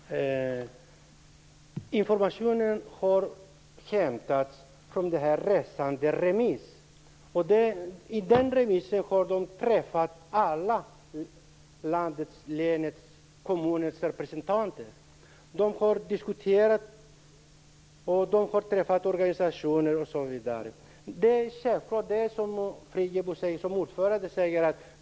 Fru talman! Information har inhämtats i form av resanderemiss. Inom den remissen har man träffat alla länets och kommunens representanter och diskuterat frågan, träffat organisationer osv.